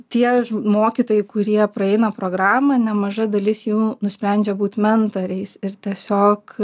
tie mokytojai kurie praeina programą nemaža dalis jų nusprendžia būti mentoriais ir tiesiog